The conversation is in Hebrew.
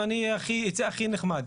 ואני אצא הכי נחמד.